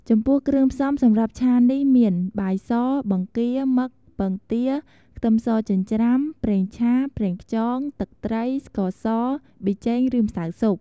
ចំពោះគ្រឿងផ្សំសម្រាប់ឆានេះមាន បាយស បង្គា មឹក ពងទា ខ្ទឹមសចិញ្ច្រាំ ប្រេងឆា ប្រេងខ្យង ទឹកត្រី ស្ករស ប៊ីចេង ឬម្សៅស៊ុប។